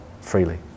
freely